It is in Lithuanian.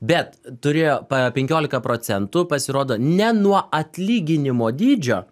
bet turėjo pa penkiolika procentų pasirodo ne nuo atlyginimo dydžio